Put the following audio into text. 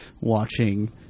watching